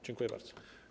Dziękuję bardzo.